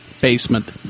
Basement